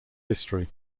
history